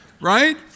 right